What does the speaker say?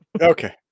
okay